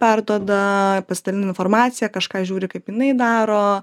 perduoda pasidalinam informaciją kažką žiūri kaip jinai daro